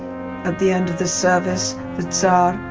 at the end of the service, the tsar,